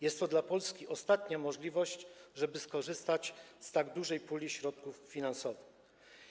Jest to dla Polski ostatnia możliwość, żeby skorzystać z tak dużej puli środków finansowych.